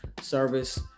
service